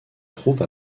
trouve